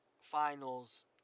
finals